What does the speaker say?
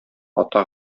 ата